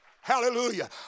Hallelujah